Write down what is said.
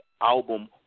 album